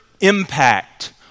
impact